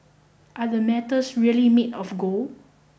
are the medals really made of gold